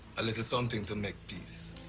a little something to make peace.